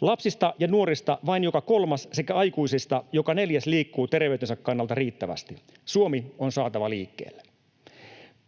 Lapsista ja nuorista vain joka kolmas sekä aikuisista joka neljäs liikkuu terveytensä kannalta riittävästi. Suomi on saatava liikkeelle.